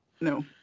No